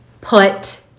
put